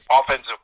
offensive